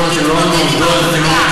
תתמודד עם העובדה.